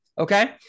Okay